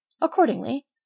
Accordingly